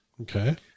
Okay